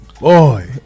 Boy